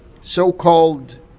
so-called